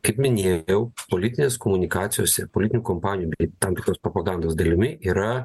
kaip minėjau politinės komunikacijos ir politinių kompanijų bei tam tikros propagandos dalimi yra